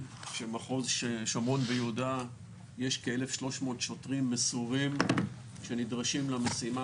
שבמחוז שומרון ויהודה יש כ-1,300 שוטרים מסורים שנדרשים למשימה